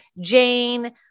Jane